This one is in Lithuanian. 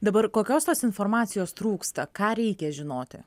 dabar kokios tos informacijos trūksta ką reikia žinoti